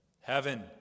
Heaven